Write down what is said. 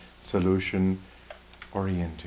solution-oriented